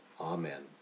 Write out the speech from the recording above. Amen